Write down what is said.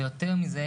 ויותר מזה,